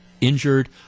injured